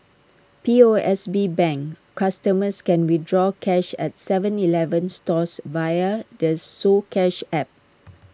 P O S B bank customers can withdraw cash at Seven Eleven stores via the soCash app